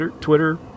Twitter